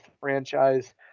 franchise